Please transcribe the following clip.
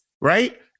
right